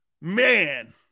Man